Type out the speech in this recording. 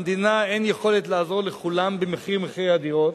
למדינה אין יכולת לעזור לכולם במחירי הדירות.